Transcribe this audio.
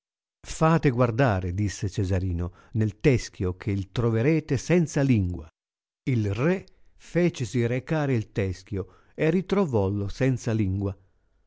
fate guardare disse cesarino nel teschio che il troverete senza lingua il re fecesi recar il teschio e ritrovollo senza lingua